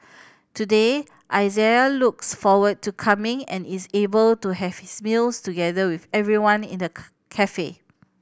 today Isaiah looks forward to coming and is able to have his meals together with everyone in the cafe